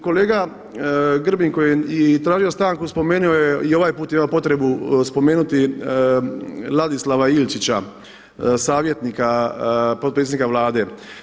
Kolega Grbin koji je i tražio stanku spomenuo je i ovaj put ima potrebu spomenuti Ladislava Ilčića, savjetnika potpredsjednika Vlade.